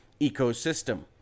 ecosystem